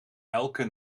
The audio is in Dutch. elke